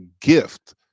gift